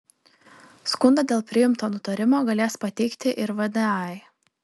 skundą dėl priimto nutarimo galės pateikti ir vdai